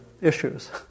issues